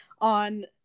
on